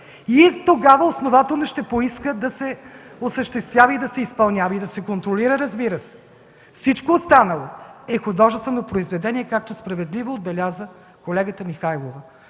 и тогава основателно ще поиска да се осъществява и да се изпълнява, разбира се, и да се контролира. Всичко останало е художествено произведение, както справедливо отбеляза колегата Михайлова.